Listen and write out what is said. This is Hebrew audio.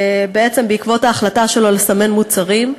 בעצם בעקבות ההחלטה שלו לסמן מוצרים,